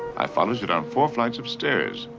i followed you down four flights of stairs,